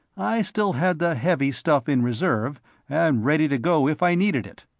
i still had the heavy stuff in reserve and ready to go if i needed it,